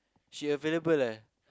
she available leh